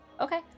Okay